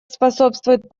способствует